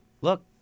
look